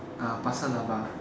uh pasir-laba